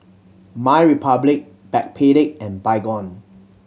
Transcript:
MyRepublic Backpedic and Baygon